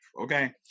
okay